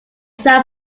shall